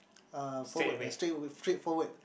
uh forward uh straightaway straightforward